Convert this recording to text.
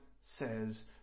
says